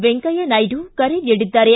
ವೆಂಕಯ್ಯ ನಾಯ್ವ ಕರೆ ನೀಡಿದ್ದಾರೆ